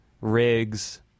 rigs